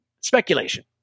Speculation